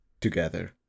together